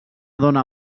dona